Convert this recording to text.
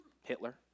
Hitler